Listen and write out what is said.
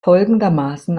folgendermaßen